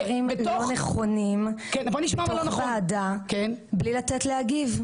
את לא תגידי דברים לא נכונים בתוך ועדה בלי לתת להגיב,